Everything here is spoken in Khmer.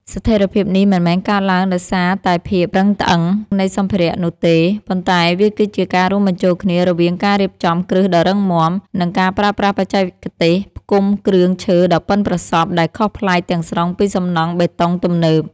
ស្ថិរភាពនេះមិនមែនកើតឡើងដោយសារតែភាពរឹងត្អឹងនៃសម្ភារៈនោះទេ ប៉ុន្តែវាគឺជាការរួមបញ្ចូលគ្នារវាងការរៀបចំគ្រឹះដ៏រឹងមាំ និងការប្រើប្រាស់បច្ចេកទេសផ្គុំគ្រឿងឈើដ៏ប៉ិនប្រសប់ដែលខុសប្លែកទាំងស្រុងពីសំណង់បេតុងទំនើប។